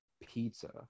pizza